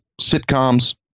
sitcoms